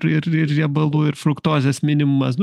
ir ir riebalų ir fruktozės minimumas nu